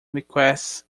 requests